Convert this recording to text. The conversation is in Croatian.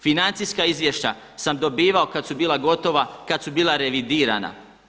Financijska izvješća sam dobivao kad su bila gotova, kad su bila revidirana.